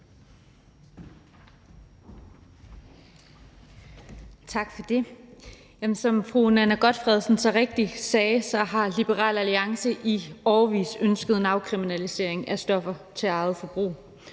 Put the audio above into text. Som fru Nanna W. Gotfredsen så rigtigt sagde, har Liberal Alliance i årevis ønsket en afkriminalisering af stoffer til eget forbrug,